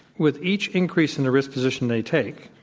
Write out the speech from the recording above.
with each increase in the risk position they take,